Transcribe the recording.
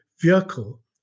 vehicle